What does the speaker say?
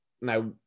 Now